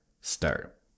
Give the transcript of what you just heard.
start